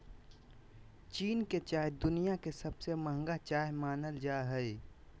चीन के चाय दुनिया के सबसे महंगा चाय मानल जा हय